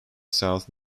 south